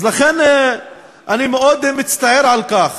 אז לכן אני מאוד מצטער על כך